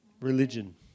Religion